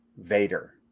vader